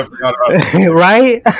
right